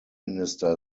minister